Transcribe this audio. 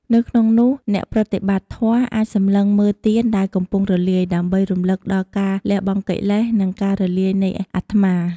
នៅក្នុងនោះ អ្នកប្រតិបត្តិធម៌អាចសម្លឹងមើលទៀនដែលកំពុងរលាយ ដើម្បីរំលឹកដល់ការលះបង់កិលេស និងការរលាយនៃអត្មា។